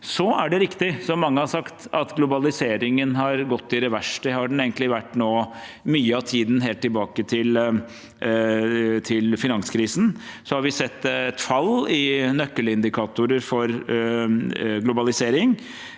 Så er det riktig, som mange har sagt, at globaliseringen har gått i revers. Det har den egentlig gjort mye av tiden helt tilbake til finanskrisen. Man har sett et fall i nøkkelindikatorer for globalisering,